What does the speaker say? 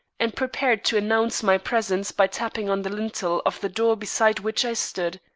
and prepared to announce my presence by tapping on the lintel of the door beside which i stood.